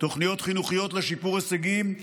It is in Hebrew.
תוכניות חינוכיות לשיפור הישגים,